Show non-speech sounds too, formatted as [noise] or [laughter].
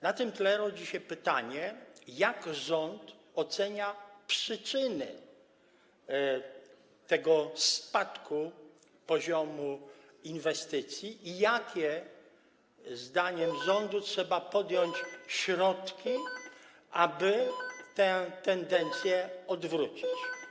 Na tym tle rodzi się pytanie: Jak rząd ocenia przyczyny tego spadku poziomu inwestycji i jakie zdaniem rządu [noise] trzeba podjąć środki, aby tę tendencję odwrócić?